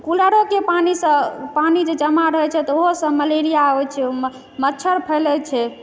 कूलरोके पानिसँ पानि जे जमा रहै छै तऽ ओहो सँ मलेरिया होइ छै मच्छर फैले छै